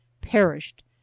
perished